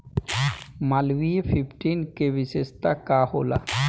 Malviya fifteen के विशेषता का होला?